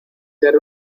ser